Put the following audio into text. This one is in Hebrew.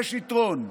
יש יתרון,